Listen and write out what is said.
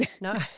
No